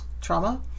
trauma